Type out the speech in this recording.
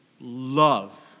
Love